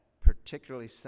Particularly